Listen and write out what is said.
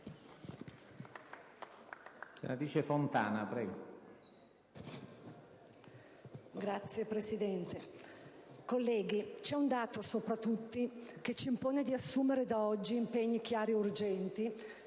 onorevoli colleghi, c'è un dato sopra tutti che ci impone di assumere da oggi impegni chiari e urgenti